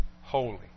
holy